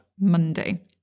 Monday